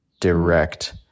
direct